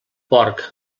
porc